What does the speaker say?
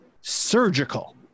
surgical